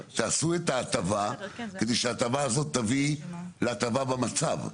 תעשו את ההטבה כדי שההטבה הזאת תביא להטבה במצב.